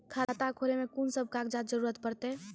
खाता खोलै मे कून सब कागजात जरूरत परतै?